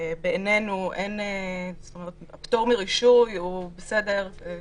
בעינינו הפטור מרישוי הוא בסדר,